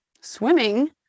Swimming